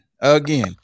again